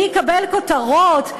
מי יקבל כותרות,